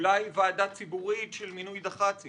אולי רעיון של ועדה ציבורית של מינו דח"צים?